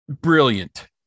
brilliant